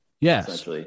Yes